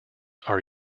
are